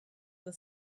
the